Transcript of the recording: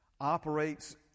operates